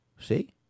See